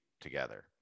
together